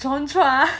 john chua